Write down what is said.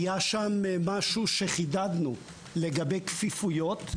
היה שם משהו שחידדנו לגבי כפיפויות,